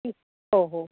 हो हो